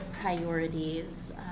priorities